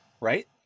Right